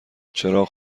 چراغ